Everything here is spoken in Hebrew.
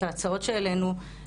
את ההצעות שהעלינו,